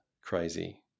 crazy